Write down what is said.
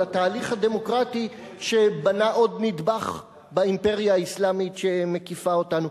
על "התהליך הדמוקרטי" שבנה עוד נדבך באימפריה האסלאמית שמקיפה אותנו.